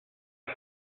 aux